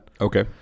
Okay